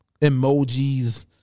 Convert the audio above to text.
emojis